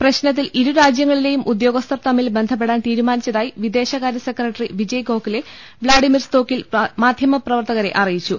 പ്രശ്നത്തിൽ ഇരു രാജ്യങ്ങളിലെയും ഉദ്യോഗസ്ഥർ തമ്മിൽ ബന്ധപ്പെടാൻ തീരുമാനിച്ചതായി വിദേശ കാര്യ സെക്രട്ടറി വിജയ് ഗോഖലെ വ്ളാഡിമിർസ്തോക്കിൽ മാധ്യമപ്രവർത്തകരെ അറി യിച്ചു